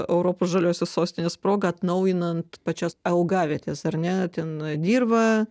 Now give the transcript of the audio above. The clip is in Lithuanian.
europos žaliosios sostinės proga atnaujinant pačias augavietės ar ne ten dirvą